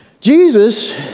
Jesus